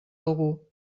algú